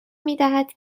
میدهد